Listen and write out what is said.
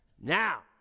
now